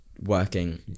working